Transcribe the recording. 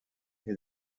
les